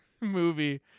movie